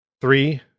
Three